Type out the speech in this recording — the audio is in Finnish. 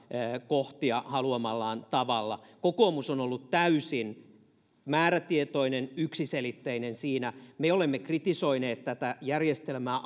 kohtia haluamallaan tavalla kokoomus on ollut täysin määrätietoinen yksiselitteinen siinä me olemme kritisoineet tätä järjestelmää